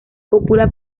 cúpula